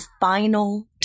final